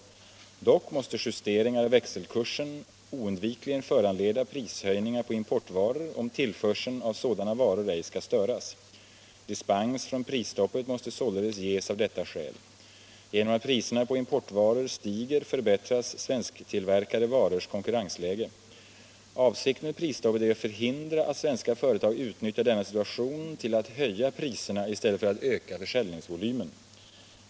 Dock måste justeringar av växelkursen oundvikligen föranleda prishöjningar på importvaror, om tillförseln av sådana varor ej skall störas. Dispens från prisstoppet måste således ges av detta skäl. Genom att priserna på importvaror stiger förbättras svensktillverkade varors konkurrensläge. Avsikten med prisstoppet är att förhindra att svenska företag utnyttjar denna situation till att höja priserna i stället för att öka försäljningsvolymen.